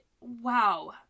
wow